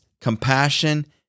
compassion